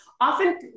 often